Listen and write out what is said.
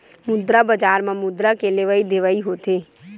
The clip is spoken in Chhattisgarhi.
मुद्रा बजार म मुद्रा के लेवइ देवइ होथे